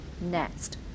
Next